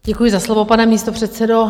Děkuji za slovo, pane místopředsedo.